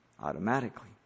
automatically